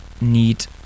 need